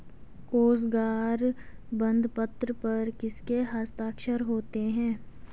कोशागार बंदपत्र पर किसके हस्ताक्षर होते हैं?